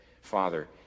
father